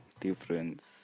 difference